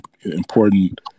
important